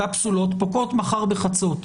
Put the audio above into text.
קפסולות פוקעות מחר בחצות,